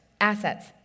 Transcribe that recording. assets